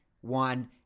one